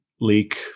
leak